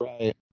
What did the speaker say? right